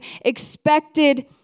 expected